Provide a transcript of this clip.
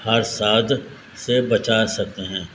حادثات سے بچا سکتے ہیں